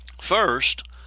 First